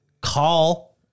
call